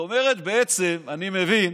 זאת אומרת, בעצם אני מבין